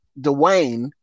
Dwayne